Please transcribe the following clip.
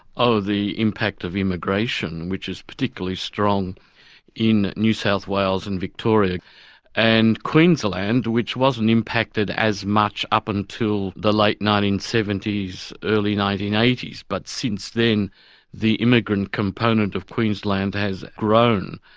oh, the impact of immigration, which is particularly strong in new south wales and victoria and queensland, which wasn't impacted as much up until the late nineteen seventy s, early nineteen eighty s, but since then the immigrant component of queensland has grown.